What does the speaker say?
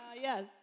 Yes